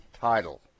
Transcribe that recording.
title